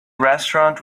restaurant